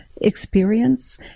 experience